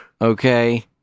Okay